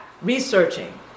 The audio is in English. researching